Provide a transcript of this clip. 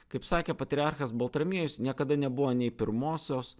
kaip sakė patriarchas baltramiejus niekada nebuvo nei pirmosios